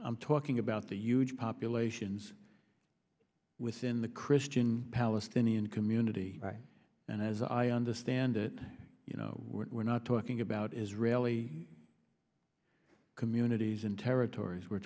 i'm talking about the huge populations within the christian palestinian community and as i understand you know we're not talking about israeli communities in territories we're